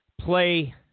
play